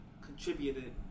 contributed